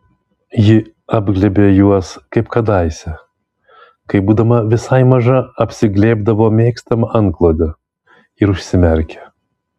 ji apglėbė juos kaip kadaise kai būdama visai maža apsiglėbdavo mėgstamą antklodę ir užsimerkė